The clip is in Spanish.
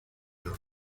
los